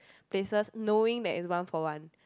places knowing that is one for one